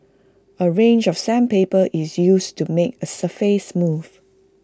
A range of sandpaper is used to make the surface smooth